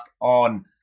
on